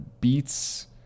beats